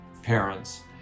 Parents